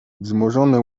wzmożone